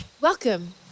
welcome